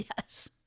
Yes